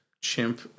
chimp